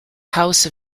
house